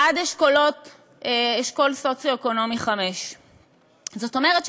עד אשכול סוציו-אקונומי 4. זאת אומרת,